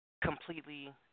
completely